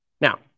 Now